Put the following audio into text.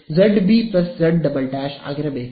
ಆದ್ದರಿಂದ ಇದು z ಬದಲಿಗೆ ಇದು zB z ಆಗಿರಬೇಕು